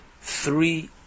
three